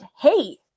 hey